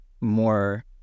more